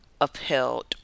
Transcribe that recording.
upheld